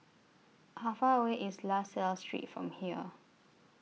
How Far away IS La Salle Street from here